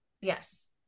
Yes